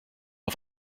auf